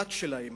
המפלט שלהם.